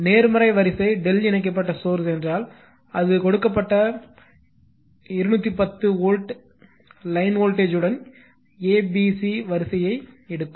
நேர்மறை வரிசை Δ இணைக்கப்பட்ட சோர்ஸ் என்றால் அது கொடுக்கப்பட்ட 210 வோல்ட் லைன் வோல்டேஜ் உடன் a b c வரிசையை எடுக்கும்